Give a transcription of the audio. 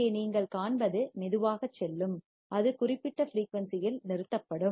இங்கே நீங்கள் காண்பது மெதுவாகச் செல்லும் அது குறிப்பிட்ட ஃபிரீயூன்சியில் நிறுத்தப்படும்